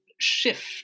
shift